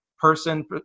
person